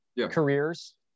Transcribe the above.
careers